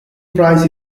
prize